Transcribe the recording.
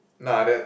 nah that